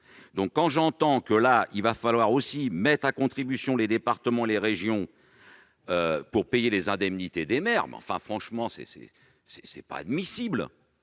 Alors, quand j'entends qu'il faudra aussi mettre à contribution les départements et les régions pour payer les indemnités des maires, franchement, ce n'est pas admissible